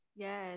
Yes